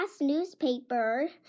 newspaper